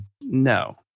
No